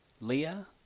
Leah